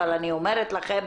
ואני אומרת לכם,